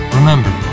Remember